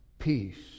peace